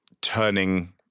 turning